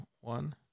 one